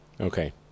Okay